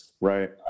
Right